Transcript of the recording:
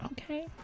Okay